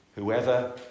Whoever